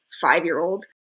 Five-year-old